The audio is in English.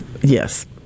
Yes